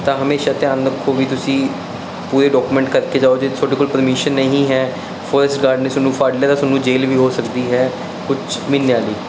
ਤਾਂ ਹਮੇਸ਼ਾ ਧਿਆਨ ਰੱਖੋ ਵੀ ਤੁਸੀਂ ਪੂਰੇ ਡਾਕੂਮੈਂਟ ਕਰਕੇ ਜਾਓ ਜੇ ਤੁਹਾਡੇ ਕੋਲ ਪਰਮਿਸ਼ਨ ਨਹੀਂ ਹੈ ਫੋਰਿਸਟ ਗਾਰਡ ਨੇ ਤੁਹਾਨੂੰ ਫੜ ਲਿਆ ਤਾਂ ਤੁਹਾਨੂੰ ਜੇਲ ਵੀ ਹੋ ਸਕਦੀ ਹੈ ਕੁਛ ਮਹੀਨਿਆਂ ਲਈ